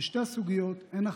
בשתי הסוגיות אין הכרעה,